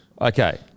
Okay